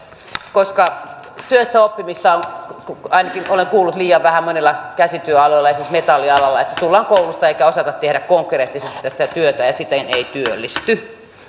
koska työssäoppimista on ainakin olen kuullut liian vähän monilla käsityöaloilla esimerkiksi metallialalla tullaan koulusta eikä osata tehdä konkreettisesti sitä työtä ja siten ei työllistytä